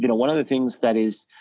you know one of the things that is,